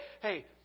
hey